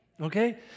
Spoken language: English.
okay